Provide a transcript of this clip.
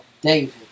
David